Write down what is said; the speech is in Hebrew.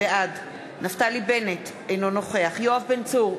בעד נפתלי בנט, אינו נוכח יואב בן צור,